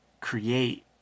create